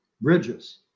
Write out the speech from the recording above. bridges